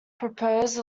proposed